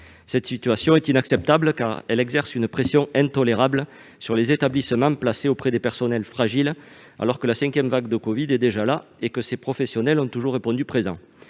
Cette situation est inacceptable, car elle exerce une pression intolérable sur les établissements placés auprès des personnes fragiles, alors que la cinquième vague de covid-19 est déjà là et que ces professionnels ont toujours répondu présent.